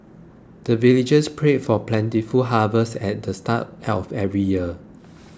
the villagers pray for plentiful harvest at the start of every year